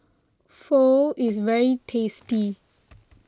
Pho is very tasty